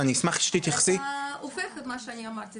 אבל אתה הופך את מה שאני אמרתי.